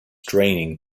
draining